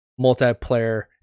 multiplayer